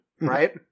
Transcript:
Right